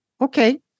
Okay